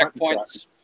checkpoints